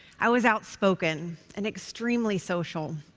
i was outspoken and extremely social.